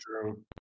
true